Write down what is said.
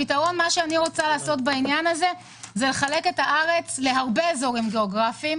הפתרון בעניין הזה הוא לחלק את הארץ להרבה אזורים גיאוגרפיים.